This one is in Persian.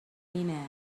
اینه